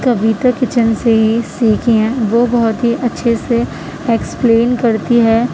کویتا kitchen سے ہی سیکھی ہیں وہ بہت ہی اچھے سے ایکسپلین کرتی ہے